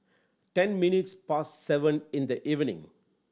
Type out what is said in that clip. ten minutes past seven in the evening